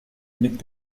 nick